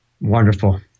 Wonderful